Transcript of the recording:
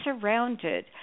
surrounded